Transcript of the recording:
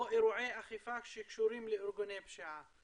או אירועי אכיפה שקשורים לארגוני פשיעה,